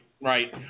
right